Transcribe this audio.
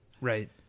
Right